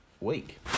week